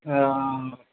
हे राम